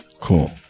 cool